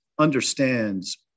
understands